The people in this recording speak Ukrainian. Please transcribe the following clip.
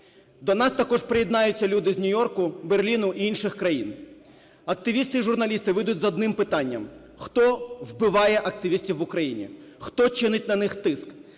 До нас також приєднаються люди з Нью-Йорку, Берліну і інших країн. Активісти і журналісти вийдуть з одним питанням: хто вбиває активістів в Україні? Хто чинить на них тиск?